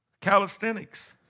calisthenics